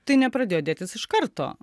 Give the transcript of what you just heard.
tai nepradėjo dėtis iš karto